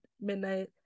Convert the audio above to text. midnight